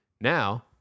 Now